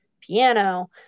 piano